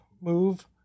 move